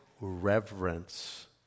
reverence